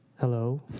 hello